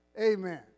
amen